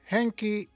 Henki